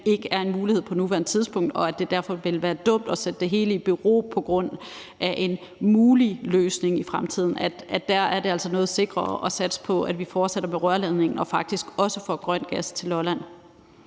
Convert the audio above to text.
ikke er en mulighed på nuværende tidspunkt, for gode varer, og at det derfor vil være dumt at sætte det hele i bero på grund af en mulig løsning i fremtiden. Der er det altså noget sikrere at satse på, at vi fortsætter med rørledningen og faktisk også får grøn gas til Lolland.